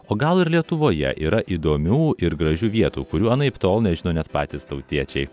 o gal ir lietuvoje yra įdomių ir gražių vietų kurių anaiptol nežino net patys tautiečiai